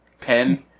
pen